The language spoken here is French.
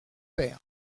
père